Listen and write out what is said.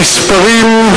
המספרים,